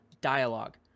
dialogue